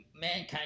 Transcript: mankind